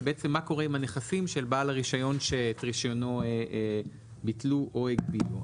ומה קורה עם הנכסים של בעל הרישיון שאת רישיונו ביטלו או הגבילו.